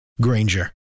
Granger